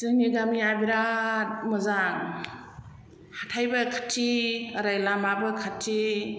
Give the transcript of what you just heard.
जोंनि गामिया बिराद मोजां हाथायबो खाथि ओरै लामाबो खाथि